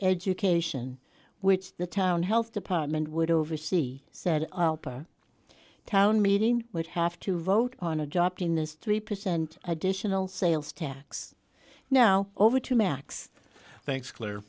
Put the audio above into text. education which the town health department would oversee said town meeting would have to vote on adopting this three percent additional sales tax now over to macs thanks c